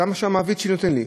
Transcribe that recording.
זה מה שהמעביד שלי נותן לי,